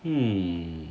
um